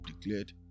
declared